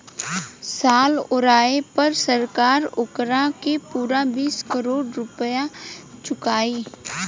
साल ओराये पर सरकार ओकारा के पूरा बीस करोड़ रुपइया चुकाई